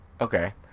Okay